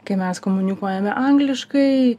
kai mes komunikuojame angliškai